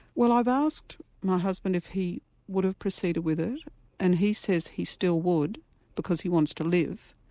well i've asked my husband if he would have proceeded with it and he says he still would because he wants to live,